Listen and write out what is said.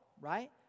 right